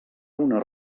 una